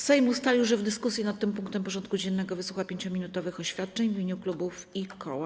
Sejm ustalił, że w dyskusji nad tym punktem porządku dziennego wysłucha 5-minutowych oświadczeń w imieniu klubów i koła.